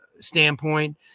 standpoint